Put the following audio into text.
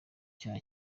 cyaha